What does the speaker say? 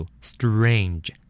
Strange